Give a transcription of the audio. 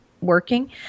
working